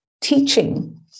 teaching